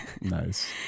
nice